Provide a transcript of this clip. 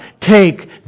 take